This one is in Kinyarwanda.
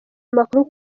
amakuru